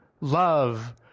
love